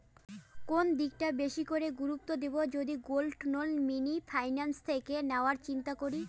কোন দিকটা বেশি করে গুরুত্ব দেব যদি গোল্ড লোন মিনি ফাইন্যান্স থেকে নেওয়ার চিন্তা করি?